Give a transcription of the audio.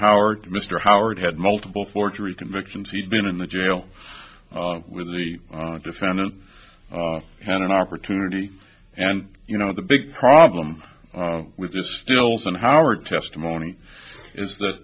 howard mr howard had multiple forgery convictions he'd been in the jail with the defendant had an opportunity and you know the big problem with this stills and howard testimony is that